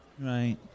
Right